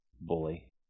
bully